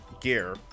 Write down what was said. gear